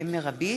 מרבית),